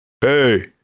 hey